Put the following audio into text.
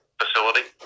facility